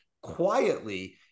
quietly